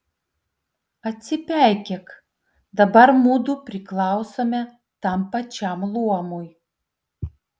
atsipeikėk dabar mudu priklausome tam pačiam luomui